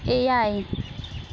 ᱮᱭᱟᱭ